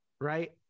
right